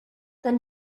then